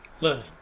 learning